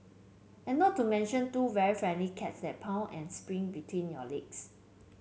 and not to mention two very friendly cats that purr and sprint between your legs